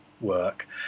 work